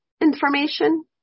information